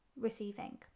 receiving